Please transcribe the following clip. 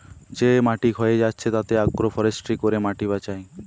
যে মাটি ক্ষয়ে যাচ্ছে তাতে আগ্রো ফরেষ্ট্রী করে মাটি বাঁচায়